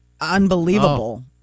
unbelievable